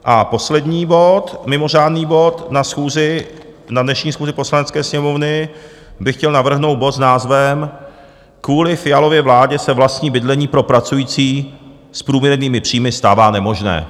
A poslední bod, mimořádný bod, na dnešní schůzi Poslanecké sněmovny bych chtěl navrhnout bod s názvem Kvůli Fialově vládě se vlastní bydlení pro pracující s průměrnými příjmy stává nemožné.